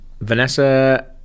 Vanessa